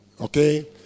okay